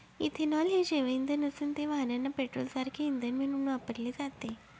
ethanol हे जैवइंधन असून ते वाहनांना पेट्रोलसारखे इंधन म्हणून वापरले जाते